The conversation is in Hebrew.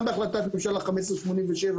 גם בהחלטת ממשלה 1587,